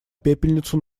пепельницу